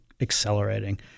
accelerating